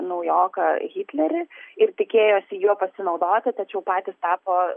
naujoką hitlerį ir tikėjosi juo pasinaudoti tačiau patys tapo